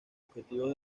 objetivos